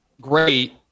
Great